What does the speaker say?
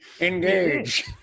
Engage